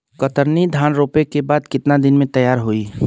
कतरनी धान रोपे के बाद कितना दिन में तैयार होई?